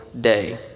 day